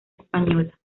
española